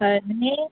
हय न्ही